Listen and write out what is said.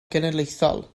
genedlaethol